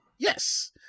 yes